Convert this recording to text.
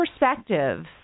perspective